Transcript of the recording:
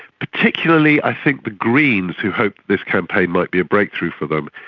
particularly i think the greens who hoped this campaign might be a breakthrough for them.